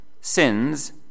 sins